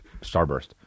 Starburst